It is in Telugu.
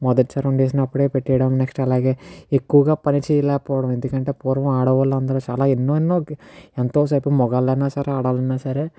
మొదటిసారి వండినప్పుడై పెట్టడం నెక్స్ట్ అలాగే ఎక్కువగా పని చేయలేకపోవడం ఎందుకంటే పూర్వం ఆడవాళ్ళు అందరు చాలా ఎన్నో ఎన్నో ఎంతో సేపు మగవాళ్ళనా సరే ఆడవాళ్ళ అన్నా సరే